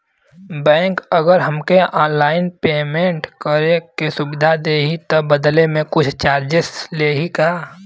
Bank अगर हमके online payment करे के सुविधा देही त बदले में कुछ चार्जेस लेही का?